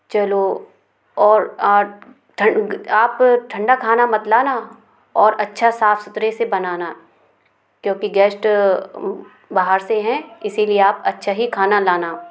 चलो और आप ठंडा खाना मत लाना और अच्छा साफ़ सुथरे से बनाना क्योंकि गेश्ट बाहर से हैं इसी लिए आप अच्छा ही खाना लाना